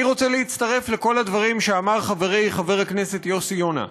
אני רוצה להצטרף לכל הדברים שאמר חברי חבר הכנסת יוסי יונה.